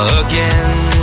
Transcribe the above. again